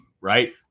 right